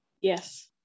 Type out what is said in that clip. Yes